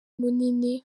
munini